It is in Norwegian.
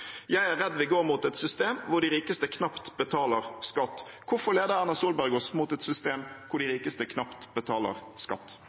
Jeg er redd vi går mot et system hvor de rikeste knapt betaler skatt.» Hvorfor leder Erna Solberg oss mot et system hvor de rikeste knapt betaler skatt? Jeg er opptatt av at alle skal betale skatt.